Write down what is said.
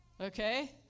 Okay